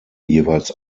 jeweils